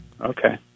Okay